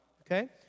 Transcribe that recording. okay